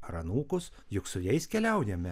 ar anūkus juk su jais keliaujame